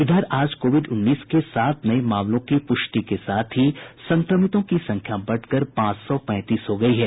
इधर आज कोविड उन्नीस के सात नये मामलों की पुष्टि के साथ ही संक्रमितों की संख्या बढ़कर पांच सौ पैंतीस हो गयी है